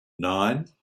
nine